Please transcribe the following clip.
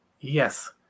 Yes